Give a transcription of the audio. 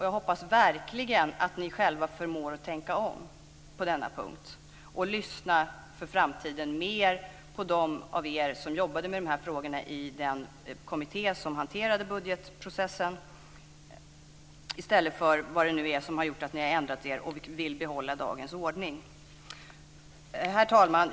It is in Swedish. Jag hoppas verkligen att ni själva för framtiden förmår att tänka om på denna punkt och lyssnar på dem som har jobbat med frågorna i den kommitté som hanterat budgetprocessen i stället för på vad det nu är som har gjort att ni har ändrat er och vill behålla dagens ordning. Herr talman!